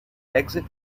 exit